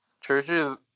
churches